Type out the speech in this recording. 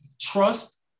trust